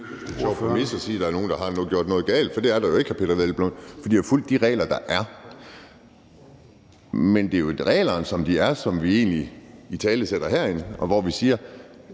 Man kan ikke stå og sige, at der er nogen, der har gjort noget galt, for det er der jo ikke, hr. Peder Hvelplund. For de har jo fulgt de regler, der er. Men det er jo reglerne, som de er, som vi egentlig italesætter herinde, og hvor vi siger,